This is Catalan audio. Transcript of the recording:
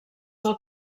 del